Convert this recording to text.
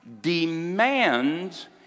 demands